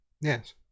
Yes